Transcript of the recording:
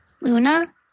Luna